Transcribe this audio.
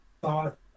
thought